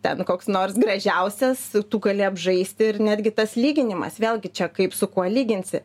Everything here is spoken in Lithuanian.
ten koks nors gražiausias tu gali apžaisti ir netgi tas lyginimas vėlgi čia kaip su kuo lyginsi